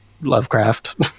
Lovecraft